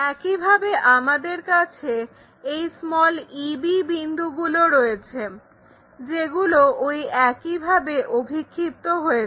একইভাবে আমাদের কাছে এই eb বিন্দুগুলো রয়েছে যেগুলো ওই একই ভাবে অভিক্ষিপ্ত হয়েছে